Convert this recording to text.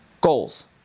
Goals